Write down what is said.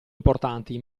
importanti